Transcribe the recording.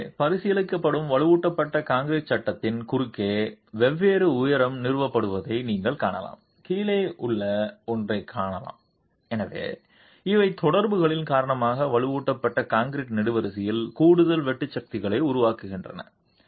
எனவே பரிசீலிக்கப்படும் வலுவூட்டப்பட்ட கான்கிரீட் சட்டத்தின் குறுக்கே வெவ்வேறு உயரம் நிரப்பப்படுவதை நீங்கள் காணலாம் கீழே உள்ள ஒன்றைக் காணலாம் எனவே இவை தொடர்புகளின் காரணமாக வலுவூட்டப்பட்ட கான்கிரீட் நெடுவரிசையில் கூடுதல் வெட்டு சக்திகளை உருவாக்குகின்றன